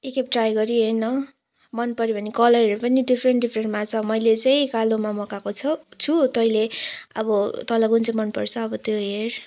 एखेप try गरिहेर् न मन पऱ्यो भने कलरहरू पनि डिफरेन्ट डिफरेन्टमा छ मैले चाहिँ कालोमा मगाएको छु छु तैँले अब तँलाई कुन चाहिँ मन पर्छ त्यो हेर्